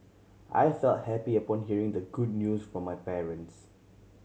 I felt happy upon hearing the good news from my parents